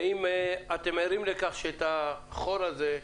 ואם אתם ערים לכך שאת החור הזה,